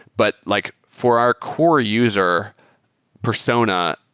but like for our core user persona,